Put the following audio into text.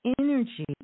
energy